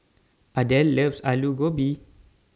Adel loves Aloo Gobi